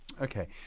Okay